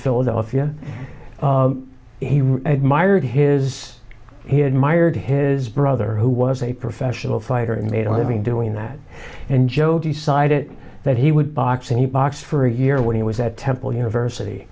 philadelphia he admired his he had mired his brother who was a professional fighter and made a living doing that and joe decided that he would box and he box for a year when he was at temple university